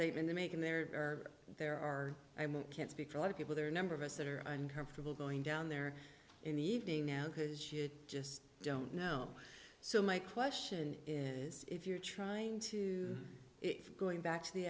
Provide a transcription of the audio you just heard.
statement to make in there are there are i mean i can't speak for a lot of people there are a number of us that are uncomfortable going down there in the evening now because you just don't know so my question is if you're trying to if going back to the